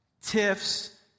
Tiff's